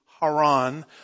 Haran